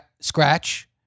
scratch